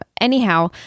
Anyhow